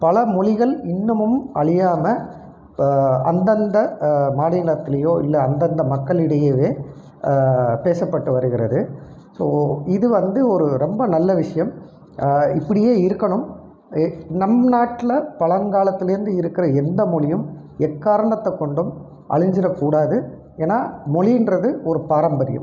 பல மொழிகள் இன்னுமும் அழியாம அந்தந்த மாநிலத்துலேயோ இல்லை அந்தந்த மக்களிடையேவே பேசப்பட்டு வருகிறது ஸோ இது வந்து ஒரு ரொம்ப நல்ல விஷயம் இப்படியே இருக்கணும் நம் நாட்டில் பழங்காலத்துலேர்ந்து இருக்கிற எந்த மொழியும் எக்காரணத்தை கொண்டும் அழிஞ்சிறக்கூடாது ஏன்னால் மொழின்றது ஒரு பாரம்பரியம்